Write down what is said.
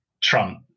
trump